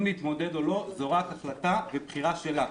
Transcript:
אם להתמודד או לא זאת רק החלטה ובחירה שלך.